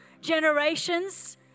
Generations